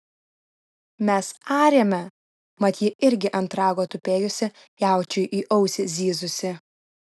mes arėme mat ji irgi ant rago tupėjusi jaučiui į ausį zyzusi